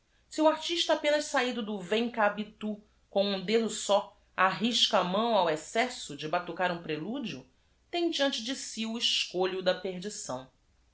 o artista apenas sa hido do em cá itú com um dedo só arrisca a m ã o ao excesso de batucar um prelúdio t e m d i a n t e de si o escolho da perdição